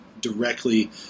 directly